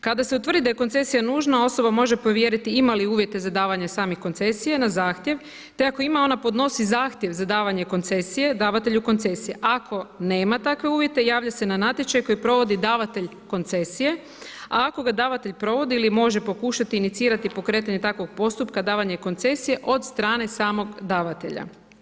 Kada se utvrdi da je koncesija nužna osoba može provjeriti ima li uvjete za davanje samih koncesija na zahtjev, te ako ima ona podnosi zahtjev za davanje koncesije davatelju koncesije, ako nema takve uvjete javlja se na natječaj koji provodi davatelj koncesije, a ako ga davatelj provodi ili može pokušati iniciranje pokretanje takvog postupka, davanje koncesije od strane samog davatelja.